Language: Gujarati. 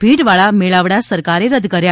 ભીડવાળા મેળાવડા સરકારે રદ કર્યા